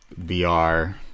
VR